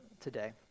today